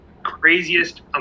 craziest